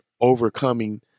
overcoming